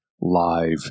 live